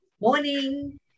Morning